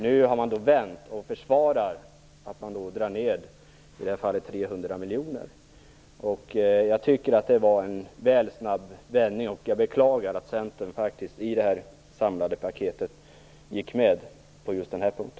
Nu har Centern vänt och försvarar att man nu drar ner med i det här fallet 300 miljoner. Jag tycker att det var en väl snabb vändning, och jag beklagar att Centern i detta samlade paket gick med på just den här punkten.